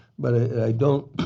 but i